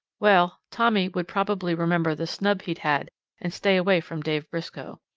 well, tommy would probably remember the snub he'd had and stay away from dave briscoe.